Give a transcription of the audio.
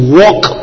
walk